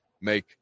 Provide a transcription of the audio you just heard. make